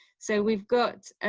so we've got.